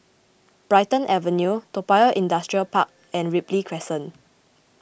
Brighton Avenue Toa Payoh Industrial Park and Ripley Crescent